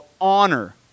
honor